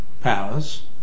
powers